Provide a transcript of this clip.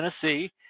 Tennessee